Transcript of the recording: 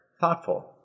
thoughtful